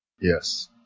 Yes